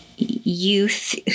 youth